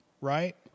right